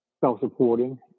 self-supporting